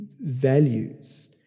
values